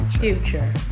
Future